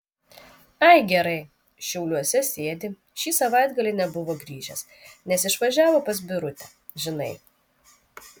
ai gerai šiauliuose sėdi šį savaitgalį nebuvo grįžęs nes išvažiavo pas birutę žinai